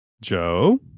joe